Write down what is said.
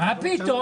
מה פתאום?